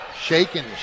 shaking